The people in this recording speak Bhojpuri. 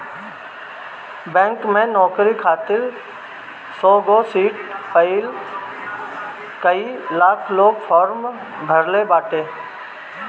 बैंक के नोकरी खातिर सौगो सिट पअ कई लाख लोग फार्म भरले बाटे